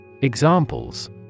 Examples